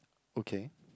okay